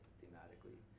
thematically